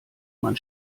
man